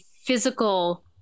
physical